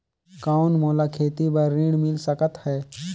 कौन मोला खेती बर ऋण मिल सकत है?